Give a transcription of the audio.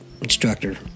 instructor